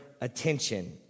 attention